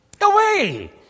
Away